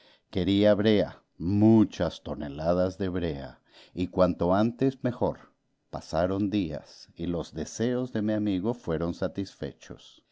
quería brea muchas toneladas de brea y cuanto antes mejor pasaron días y los deseos de mi amigo fueron satisfechos